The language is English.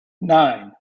nine